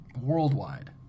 worldwide